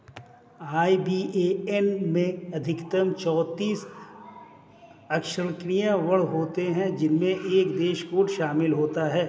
IBAN में अधिकतम चौतीस अक्षरांकीय वर्ण होते हैं जिनमें एक देश कोड शामिल होता है